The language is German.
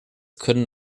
können